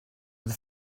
with